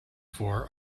for